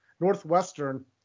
Northwestern